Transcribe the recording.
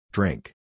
Drink